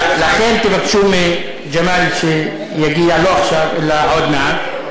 לכן תבקשו מג'מאל שיגיע לא עכשיו, אלא עוד מעט.